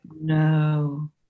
no